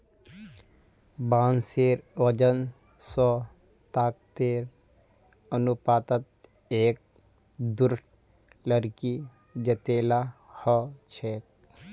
बांसेर वजन स ताकतेर अनुपातत एक दृढ़ लकड़ी जतेला ह छेक